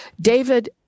David